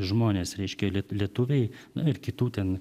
žmonės reiškia le lietuviai na ir kitų ten